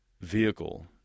vehicle